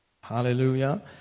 Hallelujah